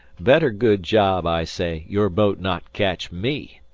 better good job, i say, your boat not catch me.